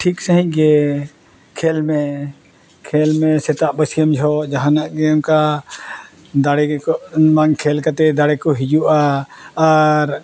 ᱴᱷᱤᱠ ᱥᱟᱺᱦᱤᱡ ᱜᱮ ᱠᱷᱮᱹᱞ ᱢᱮ ᱠᱷᱮᱹᱞ ᱢᱮ ᱥᱮᱛᱟᱜ ᱵᱟᱹᱥᱭᱟᱹᱢ ᱡᱚᱦᱚᱜ ᱡᱟᱦᱟᱱᱟᱜ ᱜᱮ ᱚᱱᱠᱟ ᱫᱟᱲᱮ ᱜᱮᱠᱚ ᱵᱟᱝ ᱠᱷᱮᱹᱞ ᱠᱟᱛᱮᱫ ᱫᱟᱲᱮ ᱠᱚ ᱦᱤᱡᱩᱜᱼᱟ ᱟᱨ